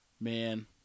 man